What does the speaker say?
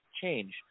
change